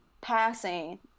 passing